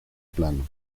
plano